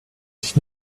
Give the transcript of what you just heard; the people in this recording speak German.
sich